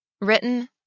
Written